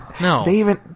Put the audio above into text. No